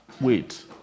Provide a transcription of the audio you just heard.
Wait